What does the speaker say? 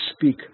speak